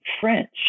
French